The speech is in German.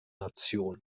nation